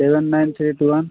seven nine three two one